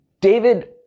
David